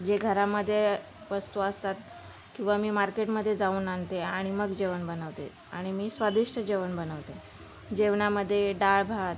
जे घरामध्ये वस्तू असतात किंवा मी मार्केटमध्ये जाऊन आणते आणि मग जेवण बनवते आणि मी स्वादिष्ट जेवण बनवते जेवणामध्ये डाळ भात